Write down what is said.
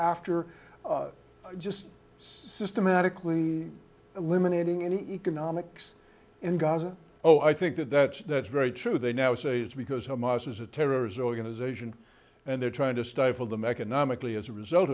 after just systematically eliminating economics in gaza oh i think that that's that's very true they now say it's because hamas is a terrorist organization and they're trying to stifle them economically as a result